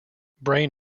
brain